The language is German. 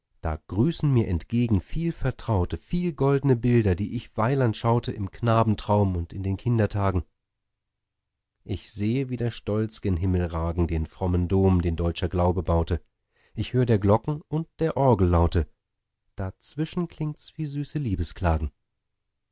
da grüßen mir entgegen viel vertraute viel goldne bilder die ich weiland schaute im knabentraum und in den kindertagen ich sehe wieder stolz gen himmel ragen den frommen dom den deutscher glaube baute ich hör der glocken und der orgel laute dazwischen klingts wie süße